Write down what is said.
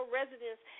residents